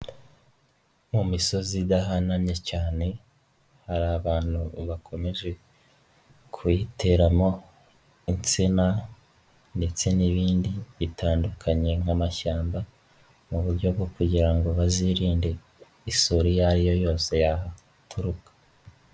Mu misozi idahanamye cyane, hari abantu bakomeje kuyiteramo insina ndetse n'ibindi bitandukanye nk'amashyamba, mu buryo bwo kugira ngo bazirinde isuri iyori yo yose yaturuka.